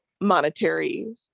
monetary